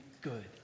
good